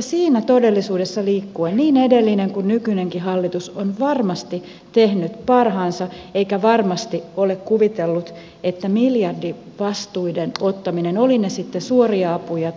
siinä todellisuudessa liikkuen niin edellinen kuin nykyinenkin hallitus on varmasti tehnyt parhaansa eikä varmasti ole kuvitellut että miljardivastuiden ottaminen olivat ne sitten suoria apuja